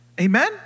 Amen